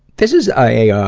this is ah a, um